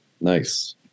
Nice